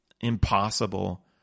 impossible